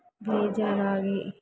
ಬೇಜಾರಾಗಿ